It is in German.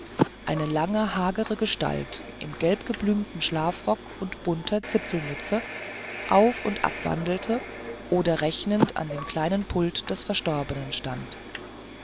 eine lange hagere gestalt im gelbgeblümten schlafrock und bunter zipfelmütze auf und ab wandelte oder rechnend an dem kleinen pulte des verstorbenen stand